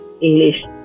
english